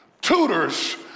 tutors